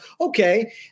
Okay